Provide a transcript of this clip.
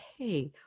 okay